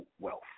wealth